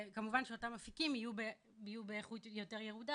כמובן שאותם אפיקים יהיו באיכות יותר ירודה,